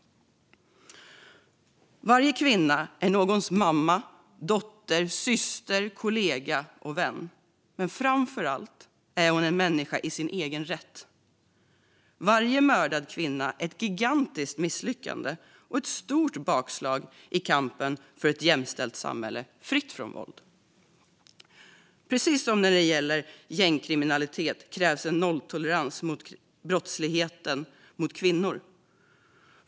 Varje kvinna är någons dotter och kanske någons mamma, syster, kollega och vän. Men framför allt är hon en människa i sin egen rätt. Varje mördad kvinna är ett gigantiskt misslyckande och ett stort bakslag i kampen för ett jämställt samhälle fritt från våld. Precis som när det gäller gängkriminalitet krävs det nolltolerans mot brottsligheten mot kvinnor.